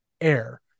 air